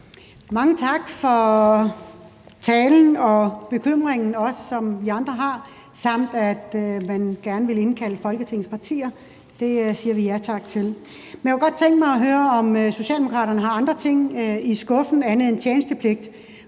Mange tak for talen og bekymringen, som vi andre også har, samt for, at man gerne vil indkalde Folketingets partier. Det siger vi ja tak til. Jeg kunne godt tænke mig at høre, om Socialdemokraterne har andre ting i skuffen end tjenestepligt.